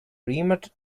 remote